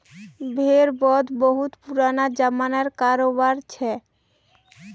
भेड़ वध बहुत पुराना ज़मानार करोबार छिके